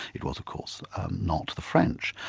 it was of course not the french.